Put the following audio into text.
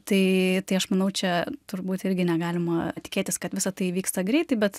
tai tai aš manau čia turbūt irgi negalima tikėtis kad visa tai vyksta greitai bet